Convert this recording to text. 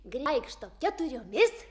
vaikšto keturiomis